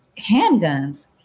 handguns